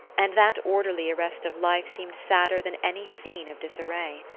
and that orderly arrest of life seemed sadder than any scene of disarray.